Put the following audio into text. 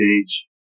page